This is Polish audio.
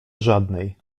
żadnej